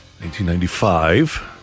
1995